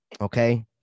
okay